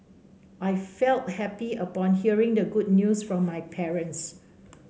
I felt happy upon hearing the good news from my parents